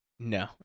No